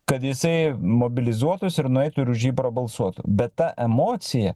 kad jisai mobilizuotųsi ir nueitų ir už prabalsuotų bet ta emocija